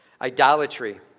Idolatry